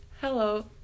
Hello